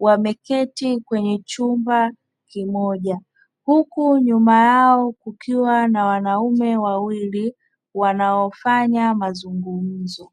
wameketi kwenye chumba kimoja; huku nyuma yao kukiwa na wanaume wawili wanaofanya mazungumzo.